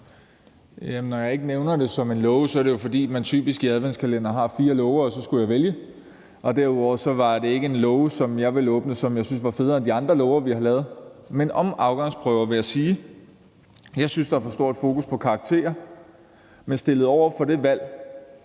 Når jeg ikke nævner det som en låge, er det jo, fordi man typisk i adventskalenderen har fire låger, og så skulle jeg vælge. Og derudover var det ikke låge, som jeg ville åbne, og som jeg syntes var federe end de andre låger, vi har lavet. Men om afgangsprøver vil jeg sige: Jeg synes, at der er for stort fokus på karakterer. Men stillet over for det valg,